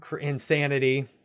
insanity